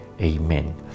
Amen